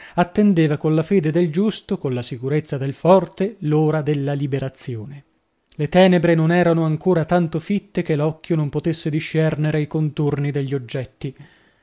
attendeva colla fede del giusto colla sicurezza del forte l'ora della liberazione le tenebre non erano ancora tanto fitte che l'occhio non potesse discernere i contorni degli oggetti